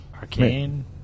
Arcane